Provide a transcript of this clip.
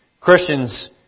Christians